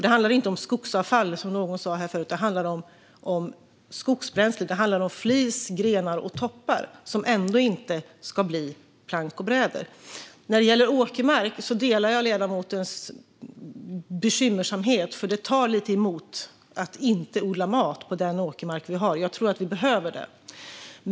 Det handlar inte om skogsavfall, som någon sa här tidigare, utan det handlar om skogsbränsle, alltså flis, grenar och toppar, som ändå inte ska bli plank och bräder. När det gäller åkermark delar jag ledamotens bekymmer, eftersom det tar emot lite grann att inte odla mat på den åkermark som vi har. Jag tror att vi behöver det.